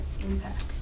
impact